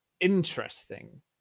interesting